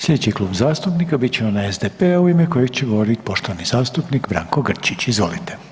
Slijedeći Klub zastupnika bit će onaj SDP-a u ime kojeg će govoriti poštovani zastupnik Branko Grčić, izvolite.